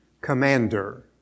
commander